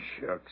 Shucks